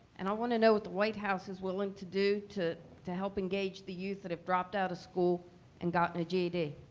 and i want to know what white house is willing to do to to help engage the youth that have dropped out of school and gotten a ged?